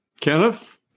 Kenneth